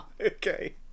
Okay